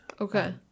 okay